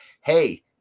hey